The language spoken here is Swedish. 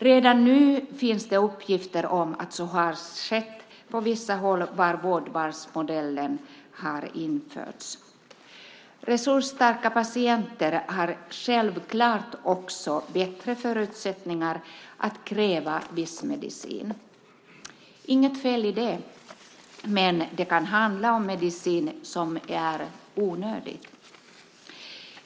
Redan nu finns det uppgifter om att så har skett på vissa håll där vårdvalsmodellen har införts. Resursstarka patienter har självklart också bättre förutsättningar att kräva viss medicin. Det är inget fel i det, men det kan handla om medicin som är onödig.